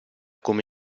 come